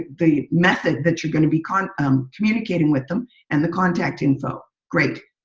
the method that you're going to be kind of um communicating with them and the contact info, great.